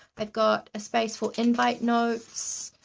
i've got a space for invite notes.